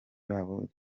babo